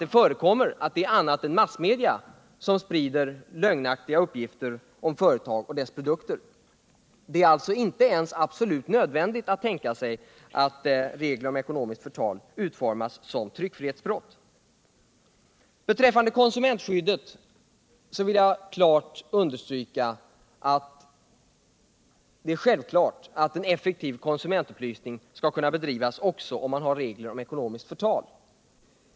Det är ju faktiskt inte bara massmedia som sprider lögnaktiga uppgifter om företag och deras produkter. Det är alltså inte absolut nödvändigt att regler om ekonomiskt förtal utformas som tryckfrihetsbrott. Beträffande frågan om konsumentskyddet vill jag understryka att det är självklart att en effektiv konsumentupplysning skall kunna bedrivas också om man har regler om ekonomiskt förtal.